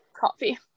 coffee